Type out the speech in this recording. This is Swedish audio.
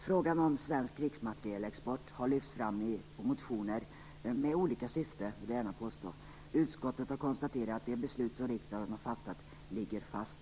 Frågan om svensk krigsmaterielexport har lyfts fram i motioner - med olika syfte, vill jag gärna påstå. Utskottet har konstaterat att det beslut som riksdagen har fattat ligger fast.